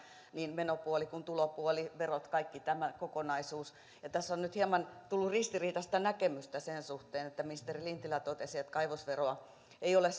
niin menopuoli kuin tulopuolikin verot kaikki tämä kokonaisuus tässä on nyt tullut hieman ristiriitaista näkemystä sen suhteen että ministeri lintilä totesi että kaivosveroa ei ole